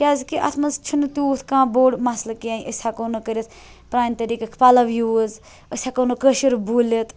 کیازکہِ اتھ مَنٛز چھِ نہٕ تیوت کانٛہہ بوٚڑ مَثلہٕ کینٛہہ أسۍ ہیٚکو نہٕ کٔرِتھ پرانہِ طٔریقٕکۍ پَلَو یوٗز أسۍ ہیٚکو نہٕ کٲشُر بوٗلِتھ